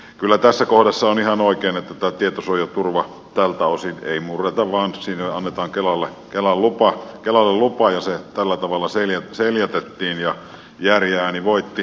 kyllä tässä kohdassa on ihan oikein että tätä tietosuojaturvaa tältä osin ei murreta vaan siinä annetaan kelalle kela lupaa kelluu pohjoiseen halkovalla lupa ja että se tällä tavalla seljätettiin ja järjen ääni voitti